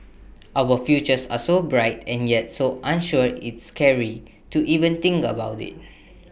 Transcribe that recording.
our futures are so bright and yet so unsure it's scary to even think about IT